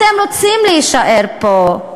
אתם רוצים להישאר פה.